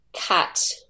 cut